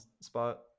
spot